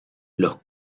los